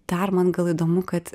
dar man gal įdomu kad